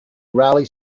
rally